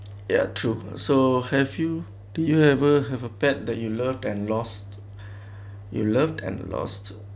ya true so have you did you ever have a pet that you loved and lost you loved and lost